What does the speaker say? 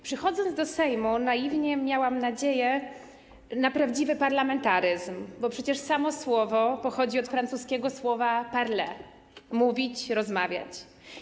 Przychodząc do Sejmu, naiwnie miałam nadzieję na to, że zobaczę tu prawdziwy parlamentaryzm, bo przecież samo słowo pochodzi od francuskiego słowa „parler”: mówić, rozmawiać.